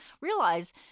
realize